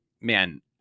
man